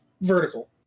vertical